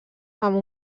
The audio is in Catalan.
amb